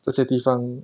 这些地方